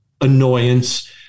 annoyance